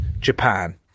Japan